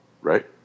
right